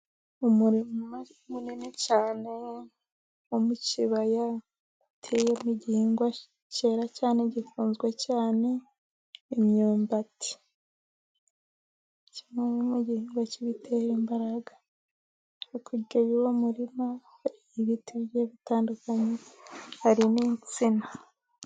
Umurima munini cyane, wo mu kibaya ,uteyemo igihigwa kera cyane, gikunzwe cyane imyumbati, kimwe mu gihingwa kibitera imbaraga, hakurya yuwo mu murima hari ibiti biye bitandukanye hari n'insina.